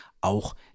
auch